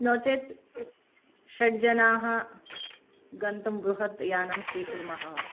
नोचेत् षड् जनाः गन्तुं बृहत् यानं स्वीकुर्मः